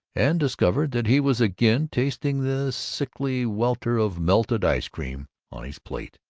and discovered that he was again tasting the sickly welter of melted ice cream on his plate.